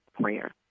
prayer